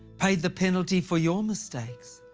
paid the penalty for your mistakes.